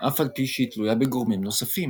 אף על פי שהיא תלויה בגורמים נוספים.